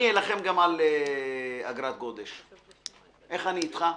אני אלחם גם על אגרת גודש, איך אני אתך?